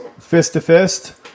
fist-to-fist